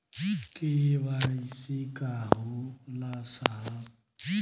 KYC का होला साहब?